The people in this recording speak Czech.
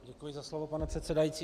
Děkuji za slovo, pane předsedající.